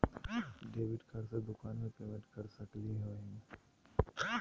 Debit card से दुकान में पेमेंट कर सकली हई?